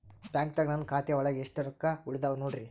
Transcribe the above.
ಬ್ಯಾಂಕ್ದಾಗ ನನ್ ಖಾತೆ ಒಳಗೆ ಎಷ್ಟ್ ರೊಕ್ಕ ಉಳದಾವ ನೋಡ್ರಿ?